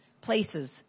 places